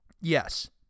Yes